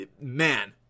man